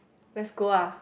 let's go ah